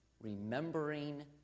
remembering